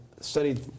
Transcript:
studied